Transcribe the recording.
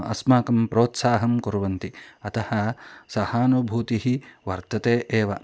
अस्माकं प्रोत्साहं कुर्वन्ति अतः सहानुभूतिः वर्तते एव